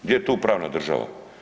Gdje je tu pravna država?